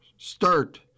Start